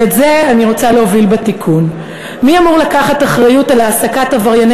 ואת זה אני רוצה להוביל בתיקון: מי אמור לקחת אחריות על העסקת עברייני